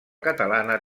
catalana